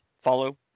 follow